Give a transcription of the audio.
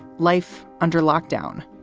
life under lockdown.